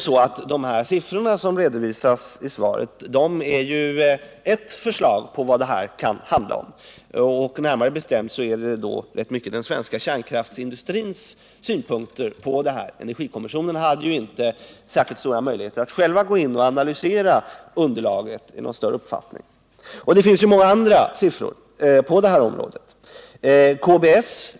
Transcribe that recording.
Siffrorna som redovisas i svaret är ert förslag på vilka kostnader det kan handla om — det är närmare bestämt den svenska kärnkraftsindustrins synpunkter på detta. Energikommissionen hade ju inte särskilt stora möjligheter att själv gå in och i någon större omfattning analysera underlaget. Det finns också många andra siffror på det här området.